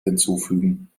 hinzufügen